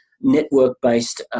network-based